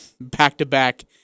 back-to-back